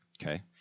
Okay